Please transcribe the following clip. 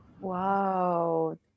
Wow